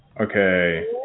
Okay